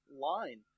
line